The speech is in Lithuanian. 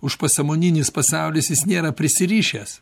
užpasamoninis pasaulis jis nėra prisirišęs